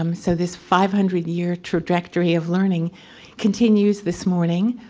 um so this five hundred year trajectory of learning continues this morning.